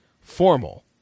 formal